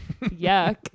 Yuck